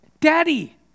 Daddy